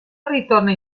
ritorna